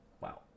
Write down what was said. wow